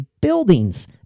buildings